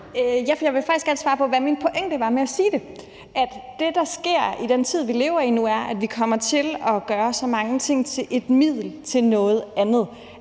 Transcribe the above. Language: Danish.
jeg vil faktisk gerne svare på, hvad min pointe var med at sige det. Det, der sker i den tid, vi lever i nu, er, at vi kommer til at gøre så mange ting til et middel til at opnå noget andet,